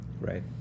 Right